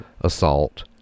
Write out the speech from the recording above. assault